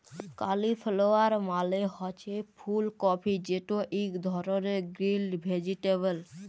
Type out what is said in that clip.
cauliflower মালে হছে ফুল কফি যেট ইক ধরলের গ্রিল ভেজিটেবল